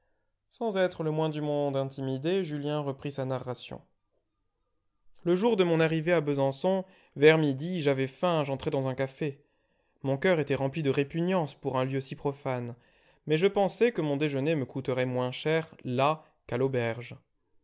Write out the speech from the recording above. sans être le moins du monde intimidé julien reprit sa narration le jour de mon arrivée à besançon vers midi j'avais faim j'entrai dans un café mon coeur était rempli de répugnance pour un lieu si profane mais je pensai que mon déjeuner me coûterait moins cher là qu'à l'auberge